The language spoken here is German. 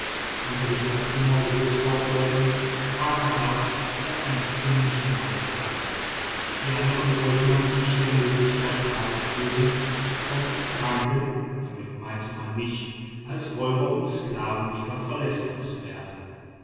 unter den chartumer großkaufleuten war ghattas der einzige nichtmohammedaner die andern wollte man nicht der möglichkeit preisgeben vom franken damit meinte man mich als räuber und sklavenjäger verlästert zu werden